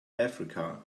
africa